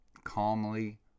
Calmly